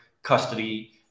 custody